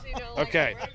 Okay